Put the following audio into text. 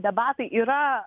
debatai yra